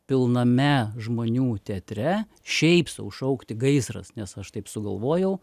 pilname žmonių teatre šiaip sau šaukti gaisras nes aš taip sugalvojau